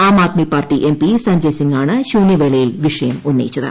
ആം Aadmi Party M P Sanjay സിംഗാണ് ശൂന്യവേളയിൽ വിഷയം ഉന്നയിച്ചത്